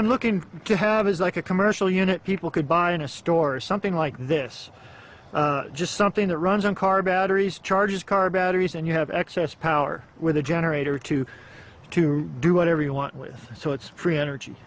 i'm looking to have is like a commercial unit people could buy in a store or something like this just something that runs on car batteries charges car batteries and you have excess power with a generator to to do whatever you want with so it's free energy